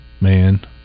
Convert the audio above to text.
man